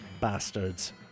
Bastards